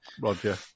Roger